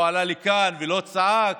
לא עלה לכאן ולא צעק.